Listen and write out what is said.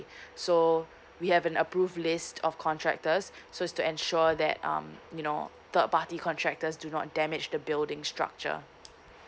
so we have an approve list of contractors so is to ensure that um you know third party contractors do not damage the building structure